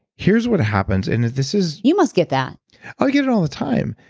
here's what happens, and this is you must get that i get it all the time.